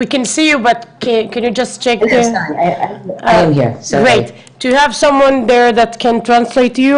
אבל לא רק הטרדה מינית אלא גם הסיטואציה שדיברנו עליה במאי בישראל,